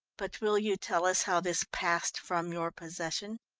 but will you tell us how this passed from your possession.